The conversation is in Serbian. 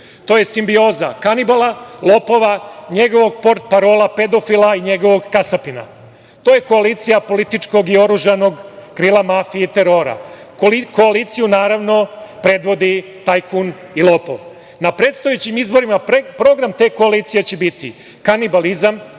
to jest simbioza kanibala, lopova, njegovog portparola pedofila i njegovog kasapina. To je koalicija političkog i oružanog krila mafije i terora. Koaliciju, naravno, predvodi tajkun i lopov. Na predstojećim izborima program te koalicije će biti kanibalizam,